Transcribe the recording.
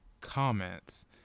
comments